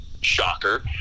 Shocker